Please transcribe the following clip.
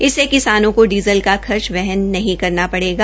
इससे किसानों को डीजल का खर्च वहन नहीं करना पड़ेगा